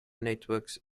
networks